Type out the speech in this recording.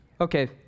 Okay